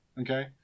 Okay